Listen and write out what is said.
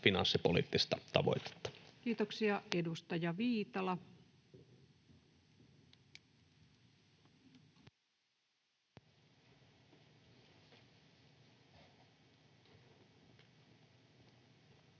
finanssipoliittista tavoitetta. Kiitoksia. — Edustaja Viitala. Arvoisa